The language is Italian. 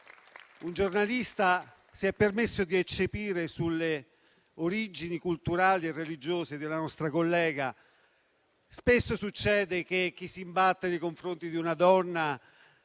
un giornalista si è permesso di eccepire sulle origini culturali e religiose della nostra collega. Spesso succede che chi si imbatte in una donna